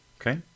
Okay